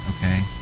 Okay